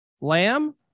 Lamb